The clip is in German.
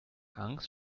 angst